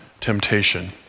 temptation